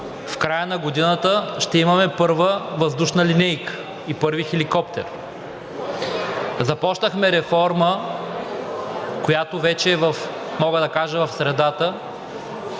в края на годината ще имаме първа въздушна линейка и първи хеликоптер. Започнахме реформа, която вече, мога да